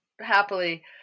happily